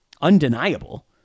undeniable